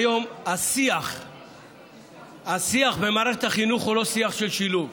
השיח במערכת החינוך הוא לא שיח של שילוב.